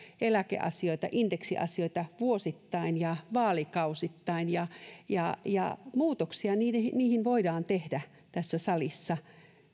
eläkeasioita indeksiasioita vuosittain ja vaalikausittain ja ja muutoksia niihin voidaan tehdä tässä salissa